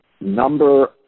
number